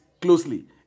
closely